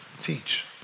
Teach